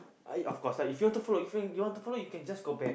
I uh of course lah if you want follow you can you want to follow you can just go back